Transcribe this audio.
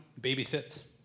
babysits